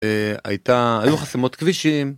הייתה, היו חסימות כבישים.